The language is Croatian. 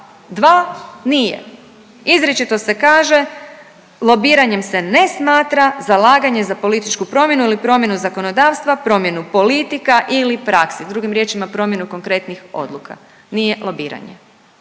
dva nije. Izričito se kaže lobiranjem se ne smatram zalaganje za političku promjenu ili promjenu zakonodavstva, promjenu politika ili praksi. Drugim riječima promjenu konkretnih odluka nije lobiranje.